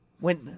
went